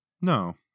No